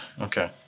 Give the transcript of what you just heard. Okay